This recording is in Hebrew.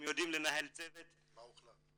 הם יודעים לנהל צוות --- מה הוחלט?